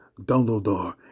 Dumbledore